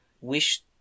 wish